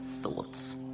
thoughts